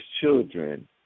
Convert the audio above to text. children